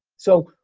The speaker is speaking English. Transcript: so,